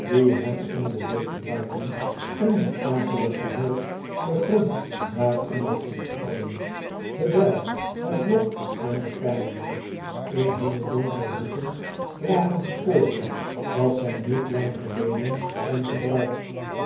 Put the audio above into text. die en in de lucht ruiken en met akeliggehuil den grond daaronder opkrabben de bijl het blok en de pijnbank in hunne donkere hoeken dragen sporen dat zy niet lang geleden zyn gebruikt